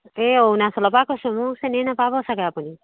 এই অৰুণাচলৰ পৰা কৈছোঁ মোক চিনি নাপাব চাগে আপুনি